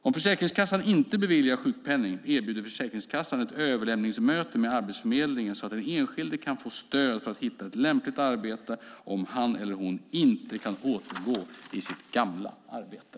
Om Försäkringskassan inte beviljar sjukpenning erbjuder Försäkringskassan ett överlämningsmöte med Arbetsförmedlingen så att den enskilde kan få stöd för att hitta ett lämpligt arbete om han eller hon inte kan återgå i sitt gamla arbete.